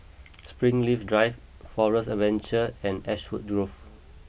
Springleaf Drive Forest Adventure and Ashwood Grove